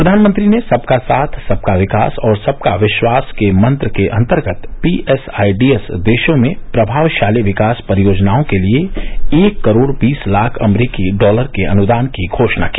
प्रधानमंत्री ने सबका साथ सबका विकास और सबका विश्वास के मंत्र के अंतर्गत पीएसआईडीएस देशों में प्रभावशाली विकास परियोजनाओं के लिए एक करोड़ बीस लाख अमरीकी डॉलर के अनुदान की घोषणा की